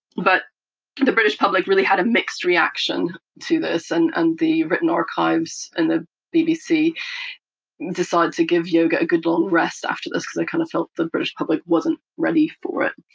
but the british public really had a mixed reaction to this, and and the written archives and the bbc decide to give yoga a good long rest after this because they kind of felt the british public wasn't ready for it.